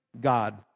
god